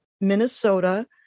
Minnesota